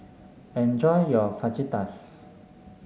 enjoy your Fajitas